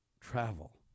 travel